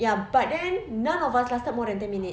ya but then none of us lasted more than ten minutes